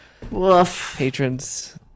Patrons